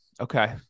okay